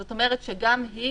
זאת אומרת שגם היא